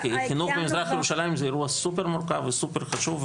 כי חינוך במזרח ירושלים זה אירוע סופר מורכב וסופר חשוב,